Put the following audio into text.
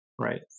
Right